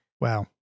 wow